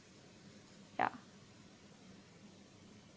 ya